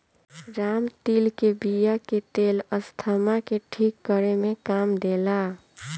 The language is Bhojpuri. रामतिल के बिया के तेल अस्थमा के ठीक करे में काम देला